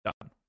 Done